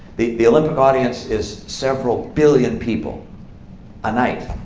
the the olympic audience is several billion people a night.